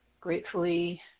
gratefully